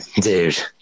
Dude